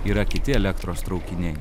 yra kiti elektros traukiniai